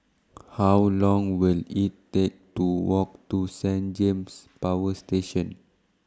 How Long Will IT Take to Walk to Saint James Power Station